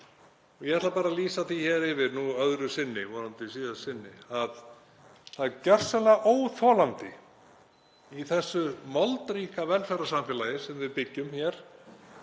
Ég ætla bara að lýsa því hér yfir nú öðru sinni, vonandi síðasta sinni, að það er gjörsamlega óþolandi í þessu moldríka velferðarsamfélagi sem við byggjum hér